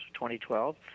2012